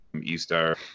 E-Star